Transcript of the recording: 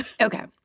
Okay